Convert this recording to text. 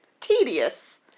Tedious